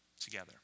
together